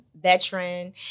veteran